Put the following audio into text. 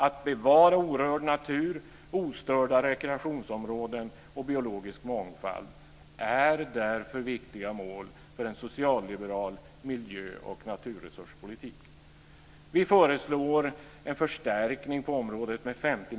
Att bevara orörd natur, ostörda rekreationsområden och biologisk mångfald är därför viktiga mål för en socialliberal miljö och naturresurspolitik. Vi föreslår en förstärkning på området med 50